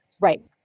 right